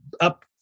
up